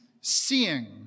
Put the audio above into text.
seeing